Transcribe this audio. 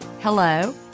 hello